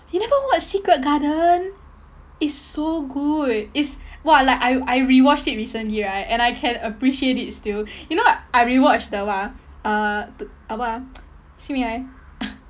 you never watch secret garden it's so good it's !wah! like I I rewatched it recently right and I can appreciate it still you know I rewatched the what ah uh to uh what ah simi 来